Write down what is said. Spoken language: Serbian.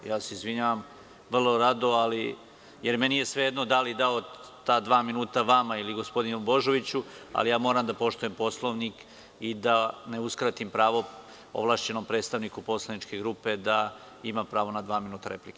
Ja se izvinjavam, vrlo rado, jer meni je svejedno da li dao ta dva minuta vama ili gospodinu Božoviću, ali ja moram da poštujem Poslovnik i da ne uskratim pravo ovlašćenom predstavniku poslaničke grupe da ima pravo na dva minuta replike.